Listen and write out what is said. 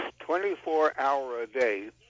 24-hour-a-day